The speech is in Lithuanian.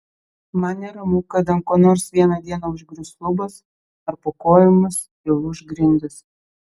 man neramu kad ant ko nors vieną dieną užgrius lubos ar po kojomis įlūš grindys